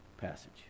passage